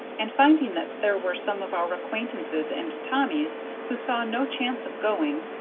and finding that there were some of our acquaintances and tommy's who saw no chance of going,